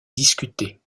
discutée